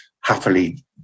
happily